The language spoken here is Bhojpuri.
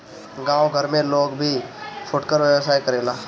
गांव घर में लोग भी फुटकर व्यवसाय करेला